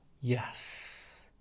Yes